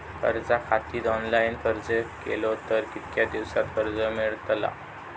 कर्जा खातीत ऑनलाईन अर्ज केलो तर कितक्या दिवसात कर्ज मेलतला?